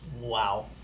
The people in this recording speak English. Wow